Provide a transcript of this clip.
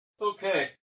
Okay